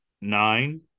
nine